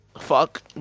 fuck